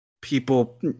people